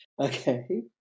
Okay